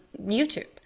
YouTube